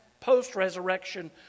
post-resurrection